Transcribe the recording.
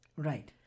Right